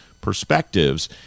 perspectives